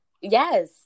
Yes